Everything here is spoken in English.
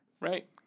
right